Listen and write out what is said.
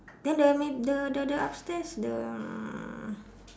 then the the the upstairs the um